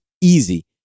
Easy